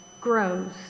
grows